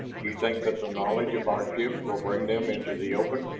you think that the knowledge of our ship will bring them into the open?